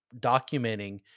documenting